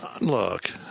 Look